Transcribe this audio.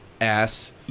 ass